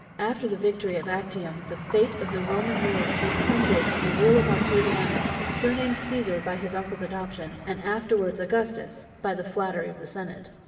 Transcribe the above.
after the victory of actium, the fate of the roman world depended on the will of octavianus, surnamed caesar, by his uncle's adoption, and afterwards augustus, by the flattery of the senate.